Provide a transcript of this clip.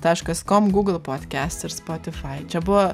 taškas kom google podcast ir spotify čia buvo